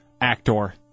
actor